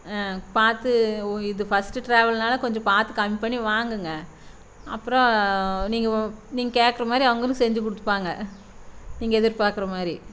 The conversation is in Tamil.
ஆ பார்த்து இது ஃபஸ்ட்டு ட்ராவல்னாலே கொஞ்சம் பார்த்து கம்மி பண்ணி வாங்குங்க அப்புறம் நீங்கள் நீங்கள் கேட்குற மாதிரி அவங்களும் செஞ்சு கொடுத்துப்பாங்க நீங்கள் எதிர்பார்க்குற மாதிரி